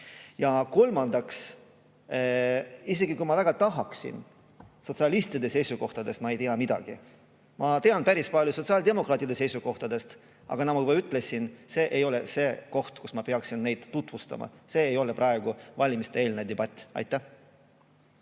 Ja kolmandaks, isegi kui ma väga tahaksin, sotsialistide seisukohtadest ma ei tea midagi. Ma tean päris palju sotsiaaldemokraatide seisukohtadest, aga nagu ma juba ütlesin, see ei ole see koht, kus ma peaksin neid tutvustama. See ei ole praegu valimiste-eelne debatt. Aitäh!